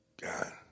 God